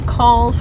call